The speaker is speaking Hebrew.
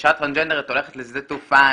אישה טרנסג'נדרית הולכת לשדה תעופה,